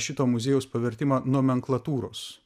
šito muziejaus pavertimą nomenklatūros